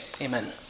Amen